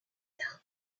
tard